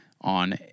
on